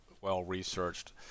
well-researched